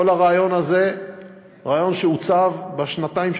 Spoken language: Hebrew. כל הרעיון הזה הוא רעיון שהוצב בשנתיים,